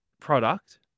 product